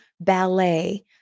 ballet